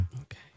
Okay